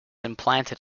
implanted